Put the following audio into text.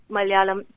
Malayalam